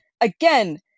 again